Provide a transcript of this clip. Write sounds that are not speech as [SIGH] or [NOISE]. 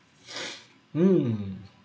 [BREATH] mm